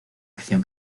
acción